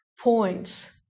points